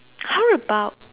how about